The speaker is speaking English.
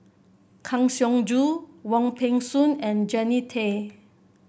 Kang Siong Joo Wong Peng Soon and Jannie Tay